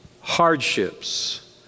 hardships